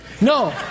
No